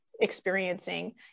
experiencing